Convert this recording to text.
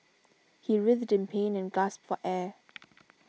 he writhed in pain and gasped for air